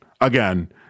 Again